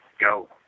go